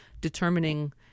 determining